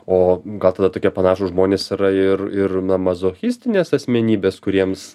o gal tada tokie panašūs žmonės yra ir ir mazochistinės asmenybės kuriems